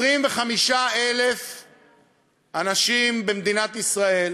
בשבוע וחצי האחרונים, 25,000 אנשים במדינת ישראל